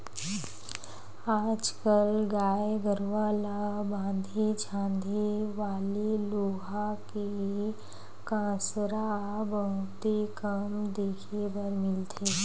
आज कल गाय गरूवा ल बांधे छांदे वाले लोहा के कांसरा बहुते कम देखे बर मिलथे